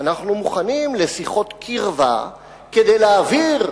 אנחנו מוכנים לשיחות קרבה כדי להעביר,